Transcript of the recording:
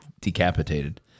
decapitated